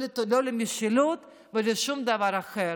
לא למשילות ולא לשום דבר אחר.